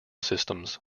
systems